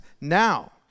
now